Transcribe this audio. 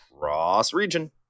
cross-region